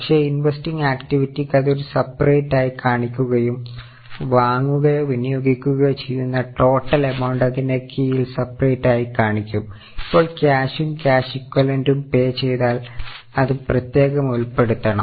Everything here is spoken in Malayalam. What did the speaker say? പക്ഷേ ഇൻവെസ്റ്റിങ് ആക്റ്റിവിറ്റിക്ക് അത് സപ്പറേറ്റ് പേ ചെയ്താൽ അത് പ്രത്യേകം ഉൾപ്പെടുത്തണം